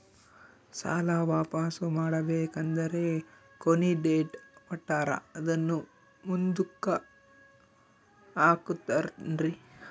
ಸಾಲ ವಾಪಾಸ್ಸು ಮಾಡಬೇಕಂದರೆ ಕೊನಿ ಡೇಟ್ ಕೊಟ್ಟಾರ ಅದನ್ನು ಮುಂದುಕ್ಕ ಹಾಕುತ್ತಾರೇನ್ರಿ?